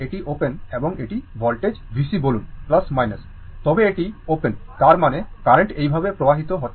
এবং এটি ওপেন এবং এটি voltage VC বলুন তবে এটি ওপেন তার মানে কারেন্ট এইভাবে প্রবাহিত হবে